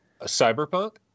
Cyberpunk